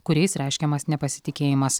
kuriais reiškiamas nepasitikėjimas